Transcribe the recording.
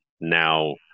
now